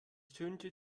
ertönte